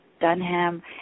Dunham